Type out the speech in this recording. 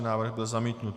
Návrh byl zamítnut.